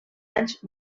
anys